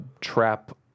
trap